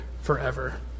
forever